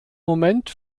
moment